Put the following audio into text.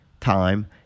time